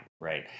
right